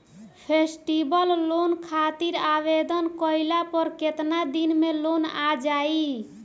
Festival loan खातिर आवेदन कईला पर केतना दिन मे लोन आ जाई?